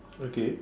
okay